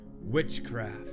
witchcraft